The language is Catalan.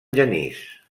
genís